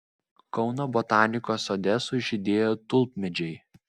kauno botanikos sode sužydėjo tulpmedžiai